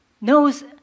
knows